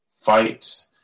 fight